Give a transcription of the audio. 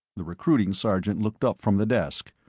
the recruiting sergeant looked up from the desk.